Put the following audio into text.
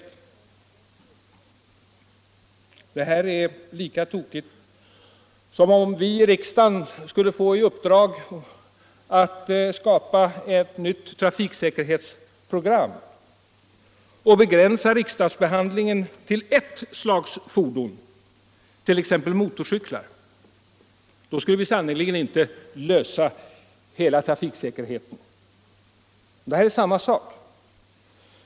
Det här är lika tokigt som om vi i riksdagen skulle få i uppdrag att skapa ett nytt trafiksäkerhetsprogram och begränsa behandlingen till ert slags fordon, t.ex. motorcyklar. Då skulle vi sannerligen inte lösa hela trafiksäkerhetsproblemet. Här är det samma sak.